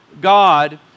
God